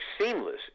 seamless